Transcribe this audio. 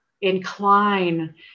incline